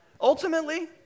Ultimately